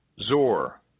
Zor